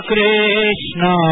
Krishna